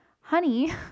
Honey